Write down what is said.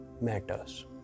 matters